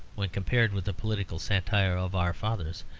when compared with the political satire of our fathers,